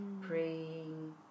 praying